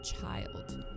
child